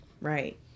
Right